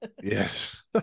yes